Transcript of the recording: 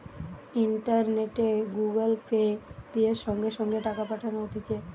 ইন্টারনেটে Google Pay, দিয়ে সঙ্গে সঙ্গে টাকা পাঠানো হতিছে